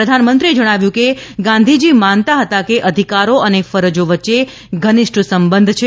પ્રધાનમંત્રી એ જણાવ્યું કે ગાંધીજી માનતા હતા કે અધિકારો અને ફરજો વચ્ચે ઘનિષ્ઠ સંબંધ છે